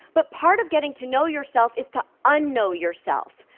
but part of getting to know yourself is to unknow yourself.